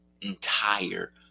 entire